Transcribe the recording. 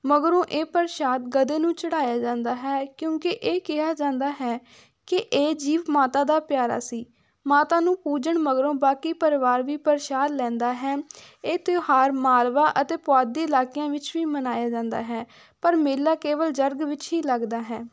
ਮਗਰੋਂ ਇਹ ਪ੍ਰਸ਼ਾਦ ਗਧੇ ਨੂੰ ਚੜ੍ਹਾਇਆ ਜਾਂਦਾ ਹੈ ਕਿਉਂਕਿ ਇਹ ਕਿਹਾ ਜਾਂਦਾ ਹੈ ਕਿ ਇਹ ਜੀਵ ਮਾਤਾ ਦਾ ਪਿਆਰਾ ਸੀ ਮਾਤਾ ਨੂੰ ਪੂਜਣ ਮਗਰੋਂ ਬਾਕੀ ਪਰਿਵਾਰ ਵੀ ਪ੍ਰਸ਼ਾਦ ਲੈਂਦਾ ਹੈ ਇਹ ਤਿਉਹਾਰ ਮਾਲਵਾ ਅਤੇ ਪੁਆਧ ਦੇ ਇਲਾਕਿਆਂ ਵਿੱਚ ਵੀ ਮਨਾਇਆ ਜਾਂਦਾ ਹੈ ਪਰ ਮੇਲਾ ਕੇਵਲ ਜਰਗ ਵਿੱਚ ਹੀ ਲੱਗਦਾ ਹੈ